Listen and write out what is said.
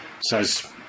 says